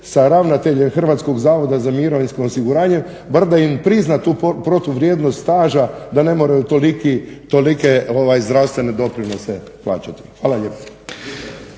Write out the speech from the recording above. sa ravnateljem HZMO-a bar da im prizna tu protuvrijednost staža da ne moraju tolike zdravstvene doprinose plaćati. Hvala lijepo.